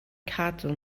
cadw